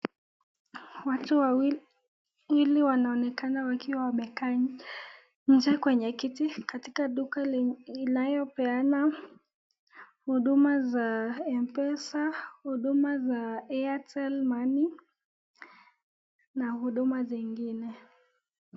Watu wawili wanaonekana wakiwa wamekaa nje kwenye kiti, katika duka inayopeana huduma za m-pesa, huduma za airtel money na huduma zingine.